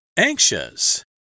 Anxious